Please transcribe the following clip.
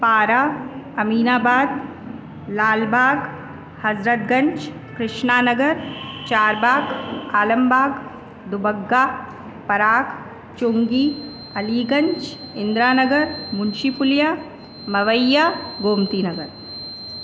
Para Aminabad Lalbagh Hazratganj Krishna Nagar Charbagh Alambagh Dubagga Parag Chungi Aliganj Indira Nagar Munshipulia Mawaiya Gomti Nagar